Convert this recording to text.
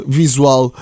visual